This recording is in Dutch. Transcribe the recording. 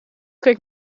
keek